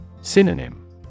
Synonym